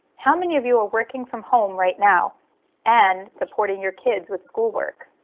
how many of you are working from home, right now and supporting your kids with schoolwork?